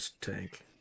tank